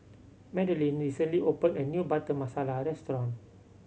Madeleine recently opened a new Butter Masala restaurant